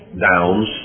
downs